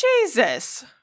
jesus